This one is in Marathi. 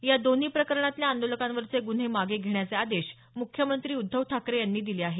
या दोन्ही प्रकरणातल्या आंदोलकांवरचे गुन्हे मागे घेण्याचे आदेश मुख्यमंत्री उद्धव ठाकरे यांनी दिले आहेत